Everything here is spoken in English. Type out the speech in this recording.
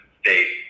state